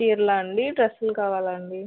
చీరలా అండి డ్రస్సులు కావాలా అండి